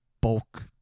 bulk